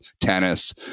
tennis